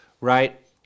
right